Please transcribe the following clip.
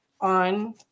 on